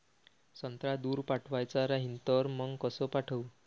संत्रा दूर पाठवायचा राहिन तर मंग कस पाठवू?